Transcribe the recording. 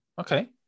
Okay